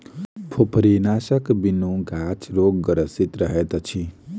फुफरीनाशकक बिनु गाछ रोगग्रसित रहैत अछि